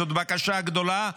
זאת בקשה גדולה,